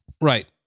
right